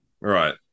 Right